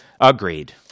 agreed